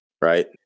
right